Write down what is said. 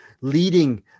leading